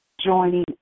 joining